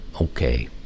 Okay